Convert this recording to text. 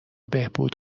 بهبود